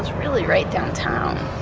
really right downtown.